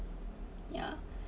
yeah